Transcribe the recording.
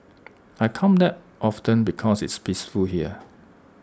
I come back often because it's peaceful here